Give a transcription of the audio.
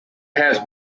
has